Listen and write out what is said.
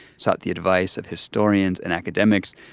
sought the advice of historians and academics,